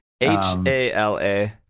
H-A-L-A